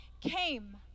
came